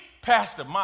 Pastor